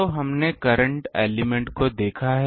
तो हमने current element को देखा है